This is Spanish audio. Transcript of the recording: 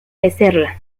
mecerla